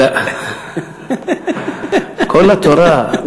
כל התורה,